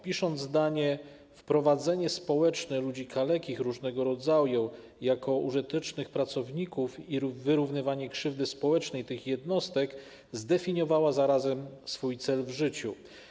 Pisząc zdanie: „wprowadzenie społeczne ludzi kalekich różnego rodzaju jako użytecznych pracowników i wyrównywanie krzywdy społecznej tych jednostek”, zdefiniowała zarazem swój cel w życiu.